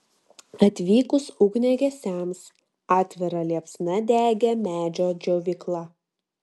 atvykus ugniagesiams atvira liepsna degė medžio džiovykla